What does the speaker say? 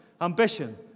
ambition